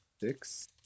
six